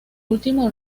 último